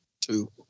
two